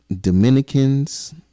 Dominicans